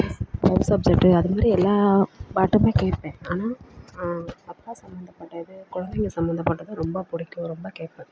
subject அது மாதிரி எல்லா பாட்டுமே கேட்பேன் ஆனால் அப்பா சம்பந்தப்பட்டது கொழந்தைங்க சம்பந்தப்பட்டது ரொம்ப பிடிக்கும் ரொம்ப கேட்பேன்